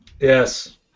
Yes